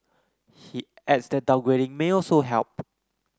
he adds that downgrading may also help